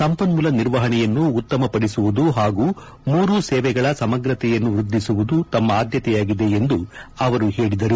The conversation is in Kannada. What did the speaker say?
ಸಂಪನ್ಮೂಲ ನಿರ್ವಹಣೆಯನ್ನು ಉತ್ತಮ ಪಡಿಸುವುದು ಹಾಗೂ ಮೂರು ಸೇವೆಗಳ ಸಮಗ್ರತೆಯನ್ನು ವೃದ್ದಿಸುವುದು ತಮ್ಮ ಆದ್ಯತೆಯಾಗಿದೆ ಎಂದು ಅವರು ಹೇಳಿದರು